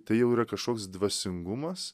tai jau yra kažkoks dvasingumas